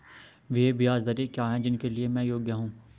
वे ब्याज दरें क्या हैं जिनके लिए मैं योग्य हूँ?